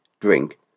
drink